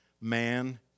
man